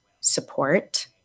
support